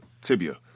tibia